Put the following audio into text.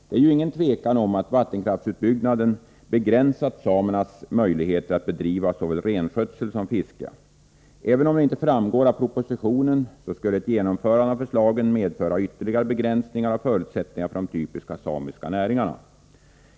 Det råder ju inga tvivel om att vattenkraftsutbyggnaden begränsat samernas möjligheter att bedriva såväl renskötsel som fiske. Även om det inte framgår av propositionen skulle ett genomförande av förslagen medföra ytterligare begränsningar av förutsättningar för de typiska samiska näringarna.